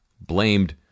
blamed